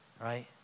Right